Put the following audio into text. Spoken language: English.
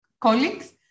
colleagues